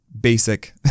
basic